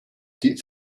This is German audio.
die